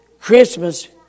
Christmas